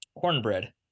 cornbread